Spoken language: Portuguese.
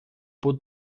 por